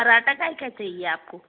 पराँठा काइका चहिए आपको